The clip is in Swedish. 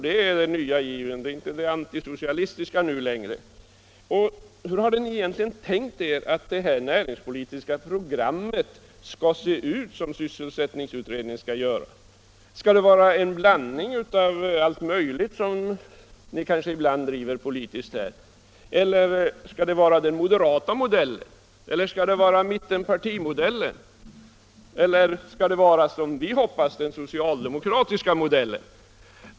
Det är den nya given, det är inte det antisocialistiska nu längre. Hur hade ni egentligen tänkt er att det näringspolitiska program, som Näringspolitiken Näringspolitiken sysselsättningsutredningen skall göra, skulle se ut? Skall det vara en blandning av allt möjligt, som ni ibland driver politiskt, skall det vara den moderata modellen eller skall det vara mittenpartimodellen? Skall det vara, som vi hoppas, den socialdemokratiska modellen?